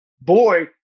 boy